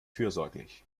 fürsorglich